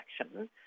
action